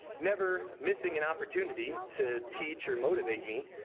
never missing an opportunity to teach or motivate me.